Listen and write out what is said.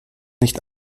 nicht